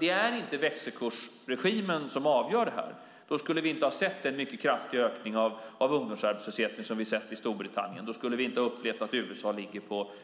Det är inte växelkursregimen som avgör detta. Då skulle vi inte ha sett den kraftiga ökning av ungdomsarbetslösheten som vi har sett i Storbritannien. Då skulle vi inte ha upplevt att den öppna arbetslösheten i USA ligger